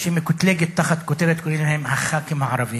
שמקוטלגת תחת כותרת, קוראים להם "הח"כים הערבים",